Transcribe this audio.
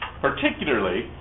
Particularly